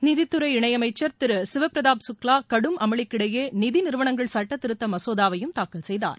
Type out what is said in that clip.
நிதித்துறை இணையமைச்சர் திரு சிவபிரதாப் சுக்லா கடும் அமளிக்கிடையே நிதி நிறுவனங்கள் சுட்டத்திருத்த மசோதாவையும் தாக்கல் செய்தார்